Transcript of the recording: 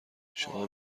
شما